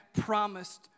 promised